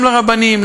גם לרבנים,